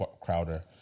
Crowder